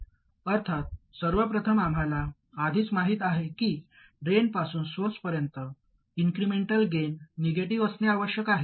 अर्थात सर्व प्रथम आम्हाला आधीच माहित आहे की ड्रेनपासून सोर्सपर्यंत इन्क्रिमेंटल गेन निगेटिव्ह असणे आवश्यक आहे